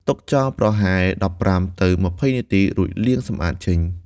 ទុកចោលប្រហែល ១៥ ទៅ ២០ នាទី រួចលាងសម្អាតចេញ។